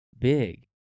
big